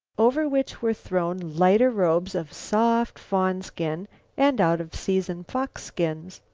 over which were thrown lighter robes of soft fawn skin and out-of-season fox skins.